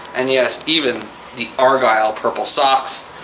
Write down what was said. and yes, even the argyle purple socks.